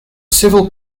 civil